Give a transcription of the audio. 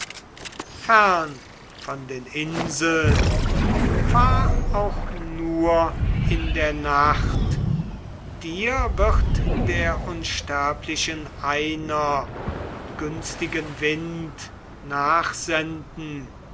fern von den inseln fahr auch nur in der nacht dir wird der unsterblichen einer günstigen wind nachsenden